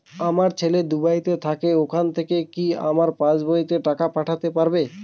আমার ছেলে দুবাইতে থাকে ওখান থেকে কি আমার পাসবইতে টাকা পাঠাতে পারবে?